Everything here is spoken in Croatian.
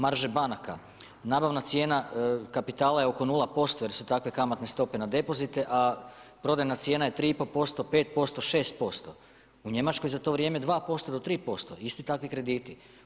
Marže banaka, nabavna cijena kapitala je oko 0% jer su takve kamatne stope na depozite, a prodajna cijena je 3 i pol posto, 5%, 6%. u Njemačkoj za to vrijeme 2% do 3% isti takvi krediti.